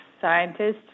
scientists